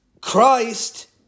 Christ